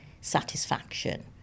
satisfaction